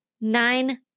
nine